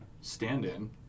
stand-in